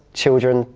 children,